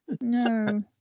No